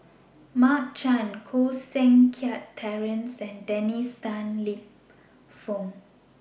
Mark Chan Koh Seng Kiat Terence and Dennis Tan Lip Fong